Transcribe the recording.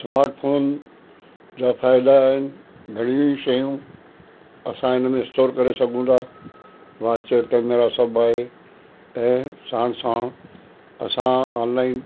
ऐं smart phone जा फ़ाइदा आहिनि घणेई शयूं असां हिनमें स्टोर करे सघूं था वाट्सऐप कैमरा सभु आहे ऐं साणु साणु असां ऑनलाइन